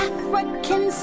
African